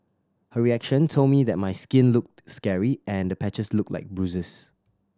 her reaction told me that my skin looked scary and the patches looked like bruises